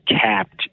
capped